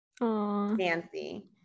Nancy